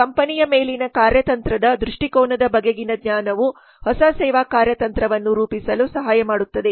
ನಮ್ಮ ಕಂಪನಿಯ ಮೇಲಿನ ಕಾರ್ಯತಂತ್ರದ ದೃಷ್ಟಿಕೋನದ ಬಗೆಗಿನ ಜ್ಞಾನವು ಹೊಸ ಸೇವಾ ಕಾರ್ಯತಂತ್ರವನ್ನು ರೂಪಿಸಲು ಸಹಾಯ ಮಾಡುತ್ತದೆ